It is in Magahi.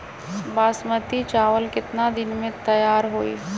बासमती चावल केतना दिन में तयार होई?